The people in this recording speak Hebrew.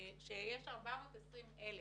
שיש 420,000